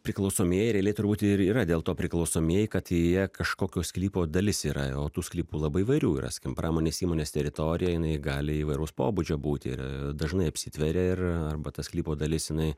priklausomieji realiai turbūt ir yra dėl to priklausomieji kad jie kažkokio sklypo dalis yra o tų sklypų labai įvairių yra skim pramonės įmonės teritorija jinai gali įvairaus pobūdžio būti ir dažnai apsitveria ir arba ta sklypo dalis jinai